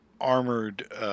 armored